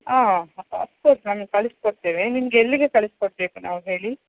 ಹಾಂ of course ನಾನು ಕಳಿಸಿಕೊಡ್ತೇನೆ ನಿಮಗೆ ಎಲ್ಲಿಗೆ ಕಳಿಸಿಕೊಡಬೇಕು ನಾವು ಹೇಳಿ